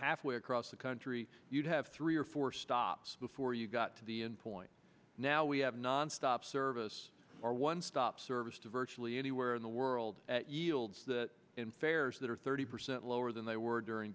halfway across the country you'd have three or four stops before you got to the end point now we have nonstop service or one stop service to virtually anywhere in the world at yields that in fares that are thirty percent lower than they were during